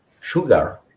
sugar